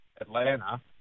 Atlanta